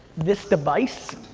this device,